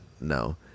no